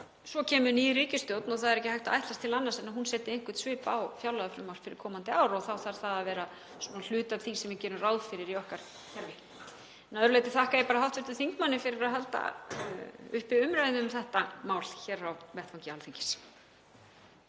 svo kemur ný ríkisstjórn og að sjálfsögðu er ekki hægt að ætlast til annars en að hún setji einhvern svip á fjárlagafrumvarp fyrir komandi ár og þá þarf það að vera hluti af því sem við gerum ráð fyrir í okkar kerfi. Að öðru leyti þakka ég hv. þingmanni fyrir að halda uppi umræðu um þetta mál hér á vettvangi Alþingis.